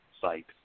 site